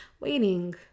waiting